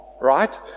right